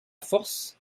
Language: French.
force